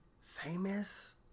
Famous